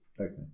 Okay